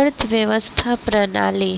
अर्थव्यवस्था प्रणाली